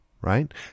right